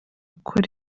gukora